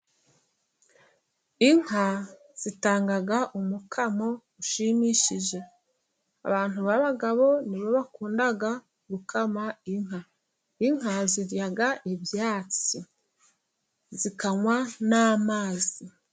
Inka zitanga umukamo ushimishije, abantu b'abagabo ni bo bakunda gukama inka. Inka zirya ibyatsi zikanywa n'amazi.